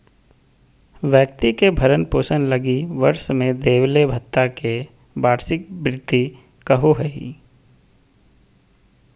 व्यक्ति के भरण पोषण लगी वर्ष में देबले भत्ता के वार्षिक भृति कहो हइ